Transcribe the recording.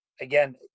again